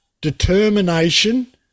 determination